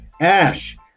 Ash